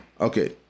Okay